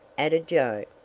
added joe.